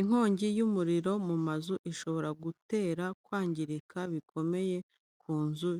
Inkongi y’umuriro mu mazu ishobora gutera kwangirika bikomeye ku nzu